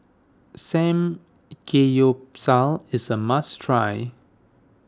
Samgeyopsal is a must try